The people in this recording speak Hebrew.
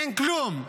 אין כלום.